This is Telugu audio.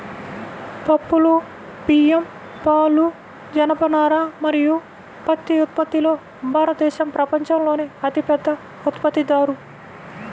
పప్పులు, బియ్యం, పాలు, జనపనార మరియు పత్తి ఉత్పత్తిలో భారతదేశం ప్రపంచంలోనే అతిపెద్ద ఉత్పత్తిదారు